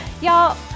y'all